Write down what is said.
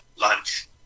lunch